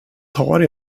tar